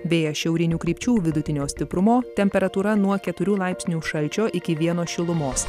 vėjas šiaurinių krypčių vidutinio stiprumo temperatūra nuo keturių laipsnių šalčio iki vieno šilumos